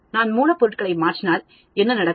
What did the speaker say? நான் மூலப்பொருட்களை மாற்றினால் என்ன நடக்கும்